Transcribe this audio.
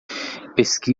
pesquise